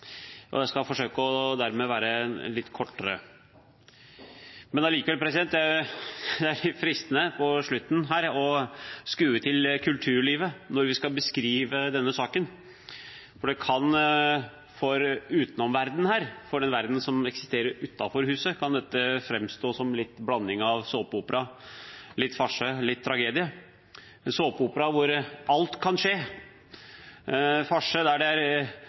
framstilt. Jeg skal dermed forsøke å være litt kortere. Likevel er det fristende å skue til kulturlivet når vi skal beskrive denne saken. Det kan for den verden som eksisterer utenfor huset, framstå som en blanding av litt såpeopera, litt farse, litt tragedie – såpeopera der alt kan skje, farse der det er